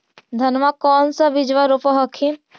धनमा कौन सा बिजबा रोप हखिन?